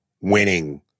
winning